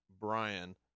Brian